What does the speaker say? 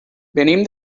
venim